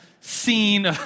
scene